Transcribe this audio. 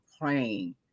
praying